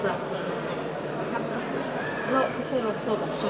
אנחנו מצביעים על סעיף 54